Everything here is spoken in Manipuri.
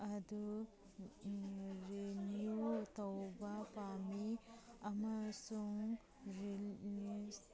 ꯑꯗꯨ ꯔꯤꯅ꯭ꯌꯨ ꯇꯧꯕ ꯄꯥꯝꯃꯤ ꯑꯃꯁꯨꯡ ꯔꯤꯅ꯭ꯌꯨꯁ